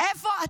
איפה אתם?